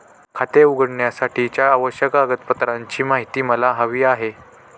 खाते उघडण्यासाठीच्या आवश्यक कागदपत्रांची माहिती मला हवी आहे